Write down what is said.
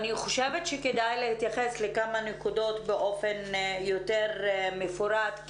אני חושבת שכדאי להתייחס לכמה נקודות באופן יותר מפורט.